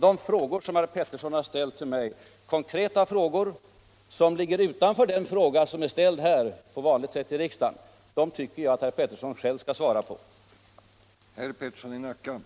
De frågor som herr Peterson har ställt till mig, frågor som ligger utanför den fråga som han har ställt på vanligt sätt här i riksdagen, tycker jag att herr Peterson mot bakgrunden av vad jag här sagt själv skall svara på.